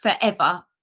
forever